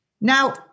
Now